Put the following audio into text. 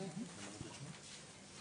בוקר טוב.